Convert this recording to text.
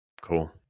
Cool